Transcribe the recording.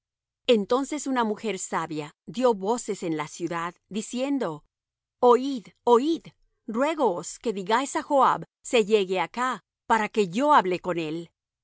entonces una mujer sabia dió voces en la ciudad diciendo oid oid ruégoos que digáis á joab se llegue á acá para que yo hable con él